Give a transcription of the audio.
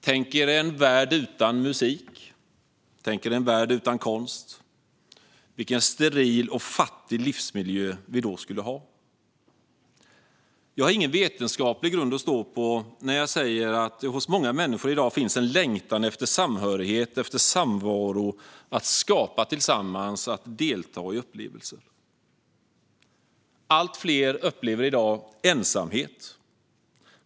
Tänk er en värld utan musik och konst. Vilken steril och fattig livsmiljö vi då skulle ha. Jag har ingen vetenskaplig grund att stå på när jag säger att det hos många människor i dag finns en längtan efter samhörighet och samvaro för att skapa tillsammans och delta i upplevelser. Allt fler upplever i dag ensamhet.